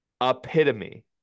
epitome